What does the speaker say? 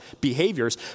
behaviors